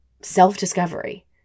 self-discovery